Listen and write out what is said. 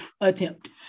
attempt